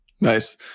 Nice